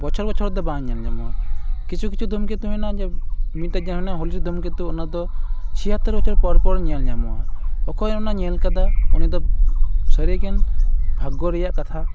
ᱵᱚᱪᱷᱚᱨ ᱵᱚᱪᱷᱚᱨᱫᱚ ᱵᱟᱝ ᱧᱮᱞ ᱧᱟᱢᱚᱜᱼᱟ ᱠᱤᱪᱷᱩ ᱠᱤᱪᱷᱩ ᱫᱷᱩᱢᱠᱮᱛᱩ ᱢᱮᱱᱟᱜᱼᱟ ᱡᱮ ᱢᱤᱫᱴᱮᱡ ᱡᱟᱦᱟᱸ ᱚᱱᱟ ᱦᱳᱞᱤᱨ ᱫᱷᱩᱢᱠᱮᱛᱩ ᱚᱱᱟᱫᱚ ᱪᱷᱤᱭᱟᱛᱛᱚᱨ ᱵᱚᱪᱷᱚᱨ ᱯᱚᱨᱯᱚᱨ ᱧᱮᱞ ᱧᱟᱢᱚᱜᱼᱟ ᱚᱠᱚᱭ ᱚᱱᱟ ᱧᱮᱞ ᱟᱠᱟᱫᱟ ᱩᱱᱤᱫᱚ ᱥᱟᱹᱨᱤᱜᱮ ᱵᱷᱟᱜᱽᱜᱚ ᱨᱮᱭᱟᱜ ᱠᱟᱛᱷᱟ